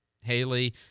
Haley